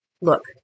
look